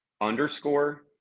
underscore